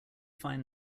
find